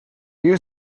you